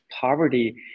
poverty